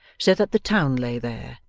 said that the town lay there,